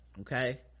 okay